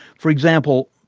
for example,